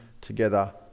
together